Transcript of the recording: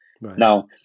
Now